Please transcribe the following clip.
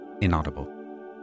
inaudible